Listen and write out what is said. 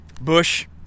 Bush